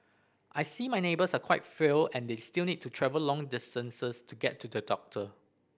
I see my neighbours are quite frail and they still need to travel long distances to get to the doctor